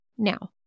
now